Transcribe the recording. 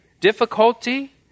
difficulty